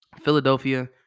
Philadelphia